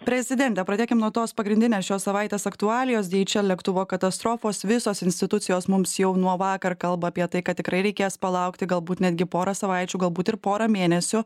prezidente pradėkim nuo tos pagrindinės šios savaitės aktualijos dieičel lėktuvo katastrofos visos institucijos mums jau nuo vakar kalba apie tai kad tikrai reikės palaukti galbūt netgi pora savaičių galbūt ir pora mėnesių